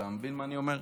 אתה מבין מה אני אומר?